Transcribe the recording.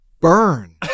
burn